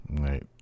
Right